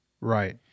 Right